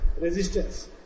resistance